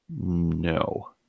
No